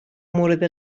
مورد